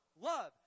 love